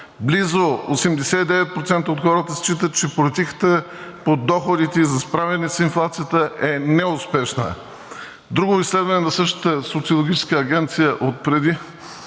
близо 89% от хората считат, че политиката по доходите и за справяне с инфлацията е неуспешна. Друго изследване на същата социологическа агенция отпреди